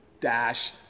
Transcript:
dash